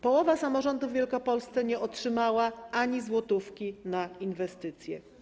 Połowa samorządów w Wielkopolsce nie otrzymała ani złotówki na inwestycje.